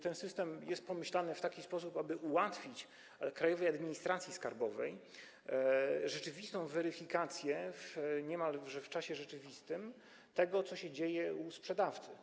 Ten system jest pomyślany w taki sposób, aby ułatwić Krajowej Administracji Skarbowej rzeczywistą weryfikację niemalże w czasie rzeczywistym tego, co się dzieje u sprzedawcy.